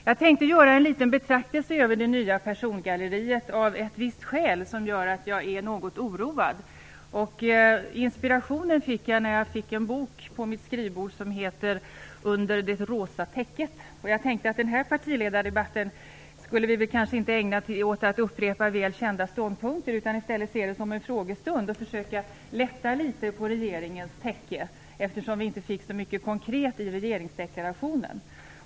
Jag tänkte göra en liten betraktelse över det nya persongalleriet, av ett visst skäl, som gör att jag är något oroad. Inspirationen fick jag av en bok som heter Under det rosa täcket. Jag tänkte att vi inte skulle ägna den här partiledardebatten åt att upprepa väl kända ståndpunkter, utan att vi i stället skulle se den som en frågestund för att lätta litet på regeringens täcke, eftersom vi inte fick så mycket konkret i regeringsdeklarationen.